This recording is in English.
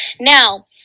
Now